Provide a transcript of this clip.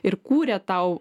ir kuria tau